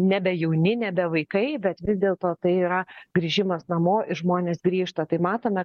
nebejauni nebe vaikai bet vis dėlto tai yra grįžimas namo ir žmonės grįžta tai matome